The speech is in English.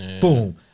Boom